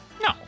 No